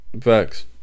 Facts